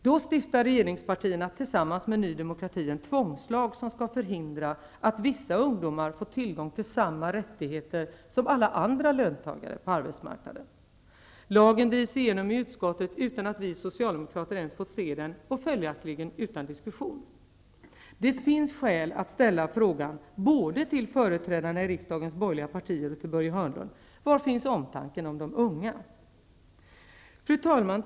Då stiftar regeringspartierna tillsammans med Ny demokrati en tvångslag som skall förhindra att vissa ungdomar får tillgång till samma rättigheter som alla andra löntagare på arbetsmarknaden. Lagen drivs igenom i utskottet utan att vi socialdemokrater ens fått se den och följaktligen utan diskussion. Det finns skäl att ställa frågan både till företrädarna i riksdagens borgerliga partier och till Börje Hörnlund: Var finns omtanken om de unga? Fru talman!